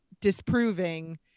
disproving